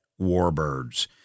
warbirds